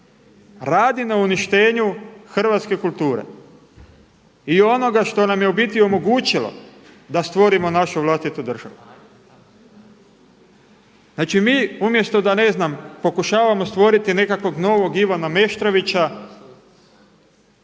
radi na uništenju hrvatske kulture i onoga što nam je u biti omogućilo da stvorimo našu vlastitu državu. Znači mi umjesto da ne znam pokušavamo stvoriti nekakvog novog Ivana Meštrovića